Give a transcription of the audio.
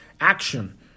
action